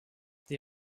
die